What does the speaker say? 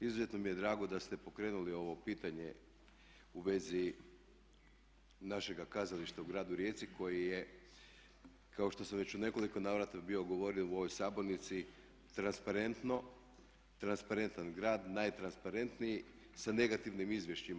Izuzetno mi je drago da ste pokrenuli ovo pitanje u vezi našega kazališta u gradu Rijeci koji je kao što sam već u nekoliko navrata bio govorio u ovoj sabornici transparentno, transparentan grad, najtransparentniji sa negativnim izvješćima.